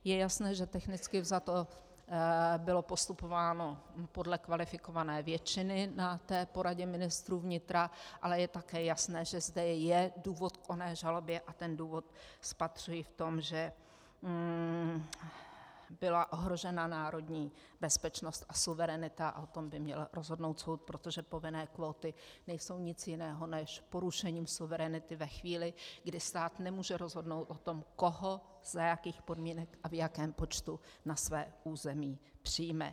Je jasné, že technicky vzato bylo postupováno podle kvalifikované většiny na té poradě ministrů vnitra, ale je také jasné, že zde je důvod k oné žalobě, a ten důvod spatřuji v tom, že byla ohrožena národní bezpečnost a suverenita, a o tom by měl rozhodnout soud, protože povinné kvóty nejsou nic jiného než porušení suverenity ve chvíli, kdy stát nemůže rozhodnout o tom, koho, za jakých podmínek a v jakém počtu na své území přijme.